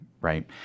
right